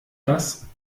das